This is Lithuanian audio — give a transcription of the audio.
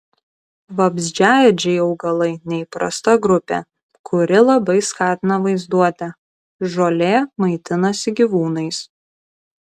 vabzdžiaėdžiai augalai neįprasta grupė kuri labai skatina vaizduotę žolė maitinasi gyvūnais